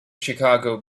chicago